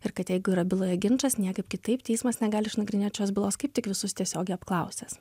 ir kad jeigu yra byloje ginčas niekaip kitaip teismas negali išnagrinėt šios bylos kaip tik visus tiesiogiai apklausęs